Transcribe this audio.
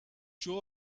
turn